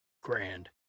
grand